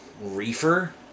Reefer